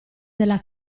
della